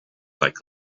like